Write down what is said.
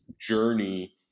journey